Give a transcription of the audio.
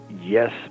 Yes